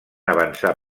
avançar